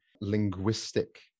linguistic